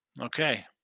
Okay